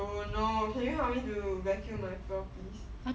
don't know can you help me to vacuum my floor please